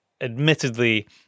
admittedly